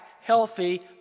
healthy